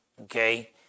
okay